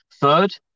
third